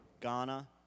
Ghana